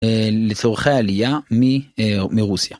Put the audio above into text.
לצורכי עלייה מרוסיה.